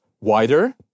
wider